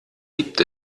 gibt